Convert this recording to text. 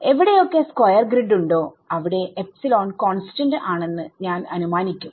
എവിടെയൊക്കെ square grid ഉണ്ടോ അവിടെ എപ്സിലോൺകോൺസ്റ്റന്റ് ആണെന്ന് ഞാൻ അനുമാനിക്കും